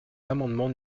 l’amendement